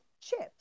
chips